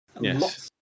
Yes